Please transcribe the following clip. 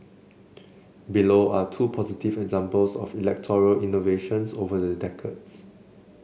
below are two positive examples of electoral innovations over the decades